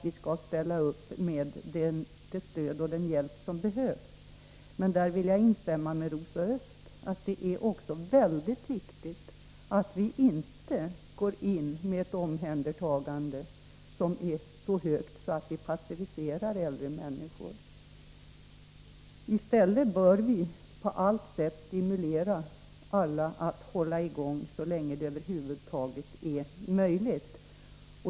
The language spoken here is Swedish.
Vi skall ställa upp med det stöd och den hjälp som behövs. På den punkten vill jag instämma i vad Rosa Östh sade, nämligen att det är mycket viktigt att omhändertagandet inte går så långt att vi passiverar äldre människor. I stället bör vi på allt sätt stimulera alla att hålla i gång så länge det över huvud taget är möjligt.